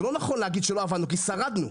זה לא נכון להגיד שלא עבדנו כי שרדנו.